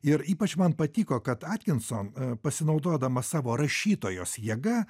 ir ypač man patiko kad atkinson pasinaudodama savo rašytojos jėga